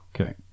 Okay